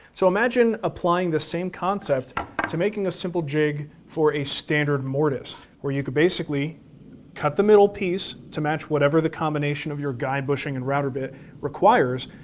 so imagine applying the same concept to making a simple jig for a standard mortise where you could basically cut the middle piece to match whatever the combination of your guide bushing and router bit requires.